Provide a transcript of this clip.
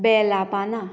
बेला पानां